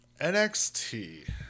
NXT